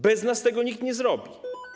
Bez nas tego nikt nie zrobi.